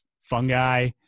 fungi